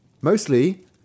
Mostly